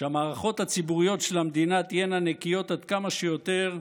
שהמערכות הציבוריות של המדינה תהיינה נקיות עד כמה שיותר,